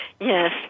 Yes